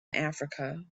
africa